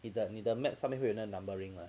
你的你的 map 上面会有那个 numbering ah